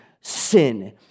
sin